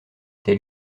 tes